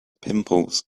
pimples